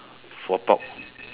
for pork